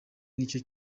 nicyo